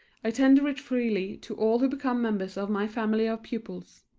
i tender it freely to all who become members of my family of pupils.